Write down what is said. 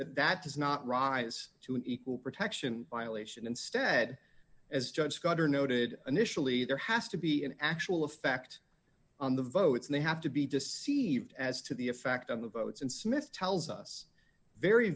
that does not rise to an equal protection violation instead as judge scudder noted initially there has to be an actual effect on the votes they have to be deceived as to the effect of the votes and smith tells us very